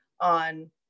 on